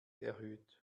erhöht